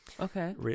Okay